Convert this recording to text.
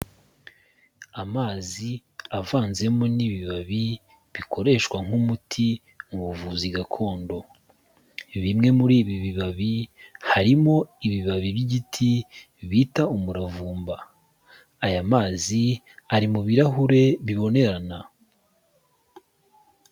Amazi avanzemo n'ibibabi bikoreshwa nk'umuti mu buvuzi gakondo, bimwe muri ibi bibabi harimo ibibabi by'igiti bita umuravumba, aya mazi ari mubirahure bibonerana.